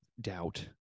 doubt